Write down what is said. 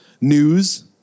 news